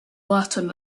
latin